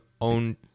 own